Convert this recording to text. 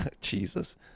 Jesus